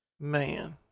Man